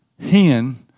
hen